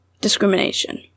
discrimination